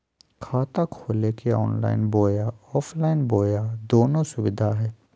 खाता खोले के ऑनलाइन बोया ऑफलाइन बोया दोनो सुविधा है?